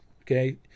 Okay